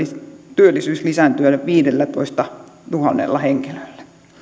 työllisyys lisääntyä viidellätoistatuhannella henkilöllä